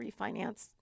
refinance